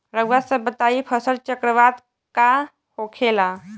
रउआ सभ बताई फसल चक्रवात का होखेला?